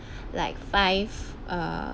like five err